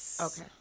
Okay